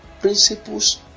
Principles